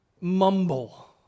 mumble